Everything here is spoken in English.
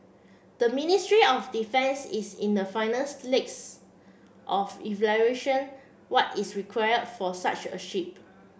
the Ministry of Defence is in the finals legs of evaluation what is required for such a ship